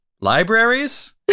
Libraries